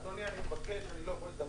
הוא אמר: אדוני, אני מבקש, אני לא יכול לדבר.